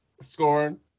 scoring